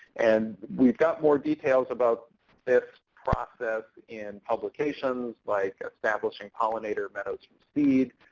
and we've got more details about this process in publications like establishing pollinator meadows from seed.